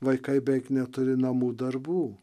vaikai beveik neturi namų darbų